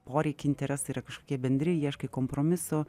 poreikiai interesai yra kažkokie bendri ieškai kompromiso